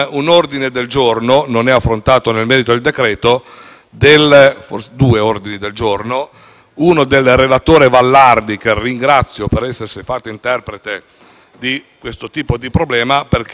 di questi ordini del giorno è del relatore Vallardi, che ringrazio per essersi fatto interprete di questo problema. Perché l'agricoltura ha un'emergenza in questo Paese.